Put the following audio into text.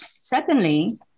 Secondly